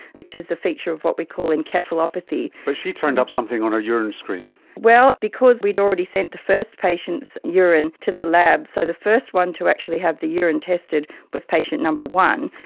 which is a feature of what we call encephalopathy. but she turned up something on her urine screen. well, because we had already sent the first patient's urine to the lab, so the first one to actually have the urine tested was patient number one,